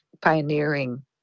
pioneering